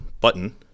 button